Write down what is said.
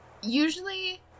usually